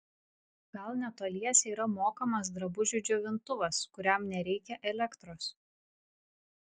gal netoliese yra mokamas drabužių džiovintuvas kuriam nereikia elektros